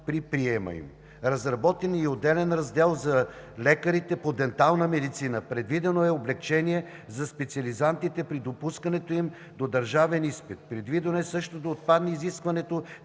при приема им. Разработен е и отделен раздел за лекарите по дентална медицина; предвидено е облекчение за специализантите при допускането им до държавен изпит; предвидено е също да отпадне изискването